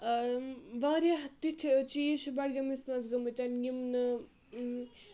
واریاہ تِتھۍ چیٖز چھِ بَڈگٲمِس منٛز گٔمٕتۍ یِم نہٕ اۭں